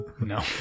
No